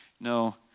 No